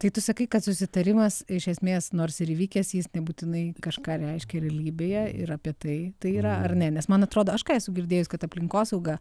tai tu sakai kad susitarimas iš esmės nors ir įvykęs jis nebūtinai kažką reiškia realybėje ir apie tai tai yra ar ne nes man atrodo aš ką esu girdėjus kad aplinkosaugą